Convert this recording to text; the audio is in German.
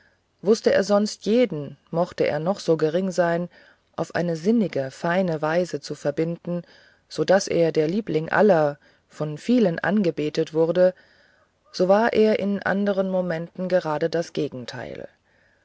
wußte er sonst jeden mochte er noch so gering sein auf eine sinnige feine weise zu verbinden so daß er der liebling aller von vielen angebetet wurde so war er in andern momenten gerade das gegenteil